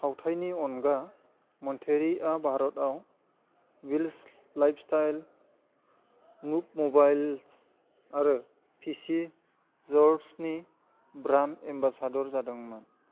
फावथाइनि अनगा मन्टेरिआ भारतआव विल्स लाइफ स्टाइल मुब मबाइल्स आरो पीसी जर्सनि ब्रान्ड एम्बासादर जादोंमोन